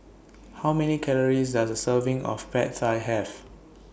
How Many Calories Does A Serving of Pad Thai Have